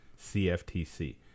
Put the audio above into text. CFTC